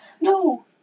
No